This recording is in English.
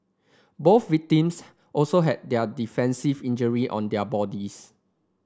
both victims also had their defensive injury on their bodies